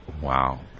Wow